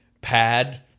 pad